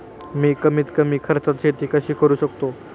मी कमीत कमी खर्चात शेती कशी करू शकतो?